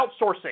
outsourcing